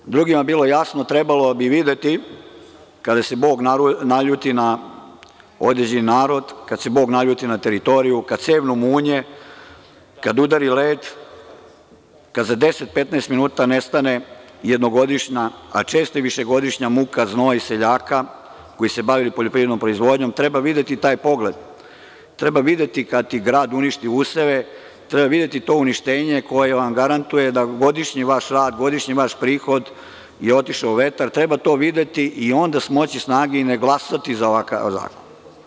Da bi drugima bilo jasno, trebalo bi videti kada se Bog naljuti na određeni narod, kada se Bog naljuti na teritoriju, kada sevnu munje, kada udari led, kada za 10, 15 minuta nestane jednogodišnja, a često višegodišnja muka, znoj seljaka koji se bavili poljoprivrednom proizvodnjom, treba videti taj pogled, treba videti kada ti grad uništi useve, treba videti to uništenje koje vam garantuje godišnji vaš rad, godišnji vaš prihod je otišao u vetar, treba to videti i onda smoći snage i ne glasati za ovakav zakon.